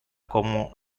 como